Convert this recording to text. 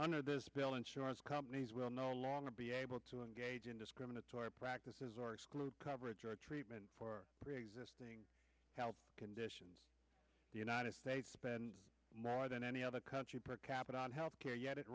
under this bill insurance companies will no longer be able to engage in discriminatory practices or exclude coverage or treatment for preexisting health conditions the united states spends more than any other country per capita on health care yet it